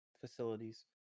facilities